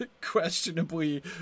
questionably